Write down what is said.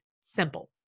simple